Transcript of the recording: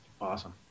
Awesome